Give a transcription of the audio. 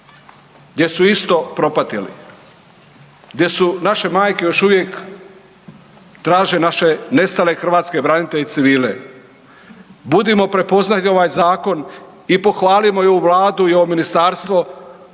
gdje su isto propatili. Gdje su naše majke još uvijek traže naše nestale hrvatske branitelje i civile. Budimo prepoznajmo ovaj zakon i pohvalimo i ovu Vladu i ovo ministarstvo